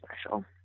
special